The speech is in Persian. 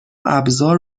ابزار